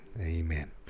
Amen